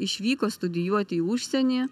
išvyko studijuoti į užsienį